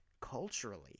culturally